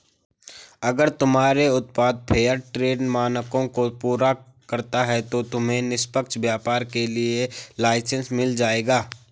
अगर तुम्हारे उत्पाद फेयरट्रेड मानकों को पूरा करता है तो तुम्हें निष्पक्ष व्यापार के लिए लाइसेन्स मिल जाएगा